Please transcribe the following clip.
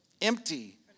empty